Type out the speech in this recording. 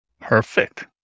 Perfect